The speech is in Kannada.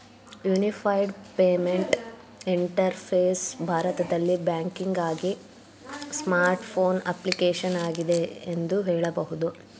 ಯುನಿಫೈಡ್ ಪೇಮೆಂಟ್ ಇಂಟರ್ಫೇಸ್ ಭಾರತದಲ್ಲಿ ಬ್ಯಾಂಕಿಂಗ್ಆಗಿ ಸ್ಮಾರ್ಟ್ ಫೋನ್ ಅಪ್ಲಿಕೇಶನ್ ಆಗಿದೆ ಎಂದು ಹೇಳಬಹುದು